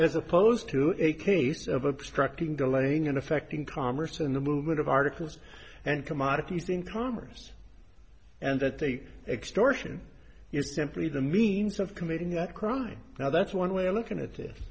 as opposed to a case of obstructing delaying and affecting commerce and the movement of articles and commodities in commerce and that the extortion is simply the means of committing that crime now that's one way of looking at this